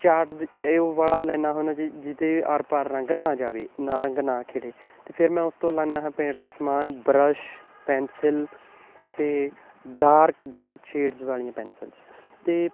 ਚਾਟ ਇਹ ਉਹ ਵਾਲਾ ਲੈਂਦਾ ਹੁੰਦਾ ਜਿ ਜਿਹਦੇ ਆਰ ਪਾਰ ਰੰਗ ਨਾ ਜਾਵੇ ਨਾ ਰੰਗ ਨਾ ਖਿੰਡੇ ਅਤੇ ਫਿਰ ਮੈਂ ਉਸ ਤੋਂ ਲੈਂਦਾ ਹਾਂ ਪੇਂਟ ਦਾ ਸਮਾਨ ਬਰੱਸ਼ ਪੈਨਸਿਲ ਅਤੇ ਡਾਰਕ ਡਾਰਕ ਸ਼ੇਡਸ ਵਾਲੀਆਂ ਪੈਸਸਿਲਜ਼ ਅਤੇ